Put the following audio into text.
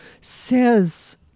says